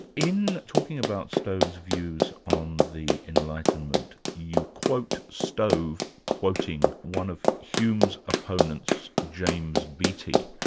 in talking about stove's views on the enlightenment, you quote stove quoting one of hume's opponents, james beattie.